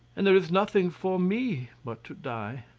and there is nothing for me but to die.